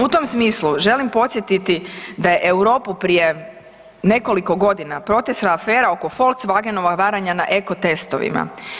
U tom smislu želim podsjetiti da je Europu prije nekoliko godina potresla afera oko volkswagenova varanja na eko testovima.